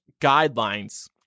guidelines